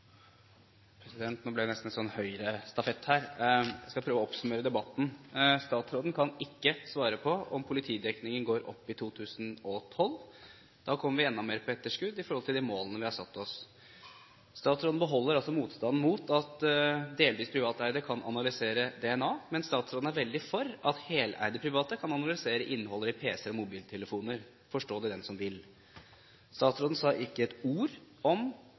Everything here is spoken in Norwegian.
Nå blir det nesten en slags Høyre-stafett her! Jeg skal prøve å oppsummere debatten. Statsråden kan ikke svare på om politidekningen går opp i 2012. Da kommer vi enda mer på etterskudd i forhold til de målene vi har satt oss. Statsråden beholder altså motstanden mot at delvis privateide kan analysere DNA. Men statsråden er veldig for at heleide private kan analysere innholdet i pc-er og mobiltelefoner – forstå det den som vil. Statsråden sa ikke ett ord om